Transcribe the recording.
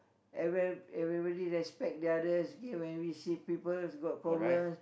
everywhere everybody respect the others okay when we see peoples got problems